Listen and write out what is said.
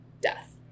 death